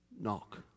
Knock